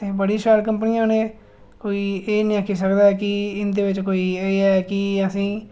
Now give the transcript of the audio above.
ते बड़ी शैल कंपनियां न एह् कोई एह् निं आक्खी सकदा ऐ कि इं'दे बिच एह् ऐ की असेंगी